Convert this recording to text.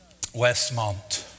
Westmont